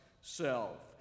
self